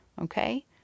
Okay